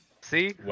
See